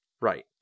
Right